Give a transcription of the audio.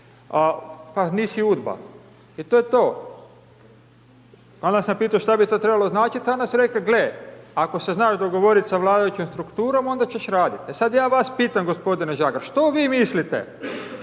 pa nisi UDBA. I to je to. Onda sam pitao što bi to trebalo znači? Onda su rekli gle, ako se znaš dogovoriti sa vladajućom strukturom, onda ćeš raditi. E sad ja vas pitam gospodine Žagar, što vi mislite,